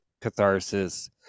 Catharsis